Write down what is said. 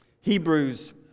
Hebrews